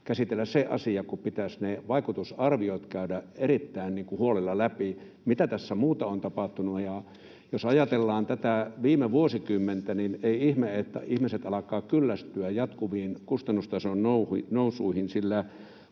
käsitellä vain se asia, vaikka pitäisi käydä erittäin huolella läpi ne vaikutusarviot, mitä muuta tässä on tapahtunut. Jos ajatellaan tätä viime vuosikymmentä, niin ei ole ihme, että ihmiset alkavat kyllästyä jatkuviin kustannustason nousuihin, sillä